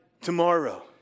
tomorrow